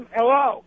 Hello